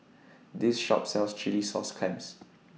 This Shop sells Chilli Sauce Clams